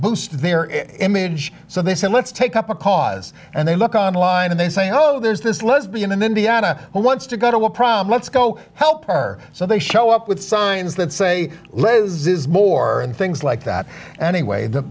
boost their image so they said let's take up a cause and they look on line and they say oh there's this lesbian and then deana who wants to go to will probably go help her so they show up with signs that say lenses more and things like that anyway th